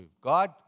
God